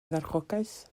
farchogaeth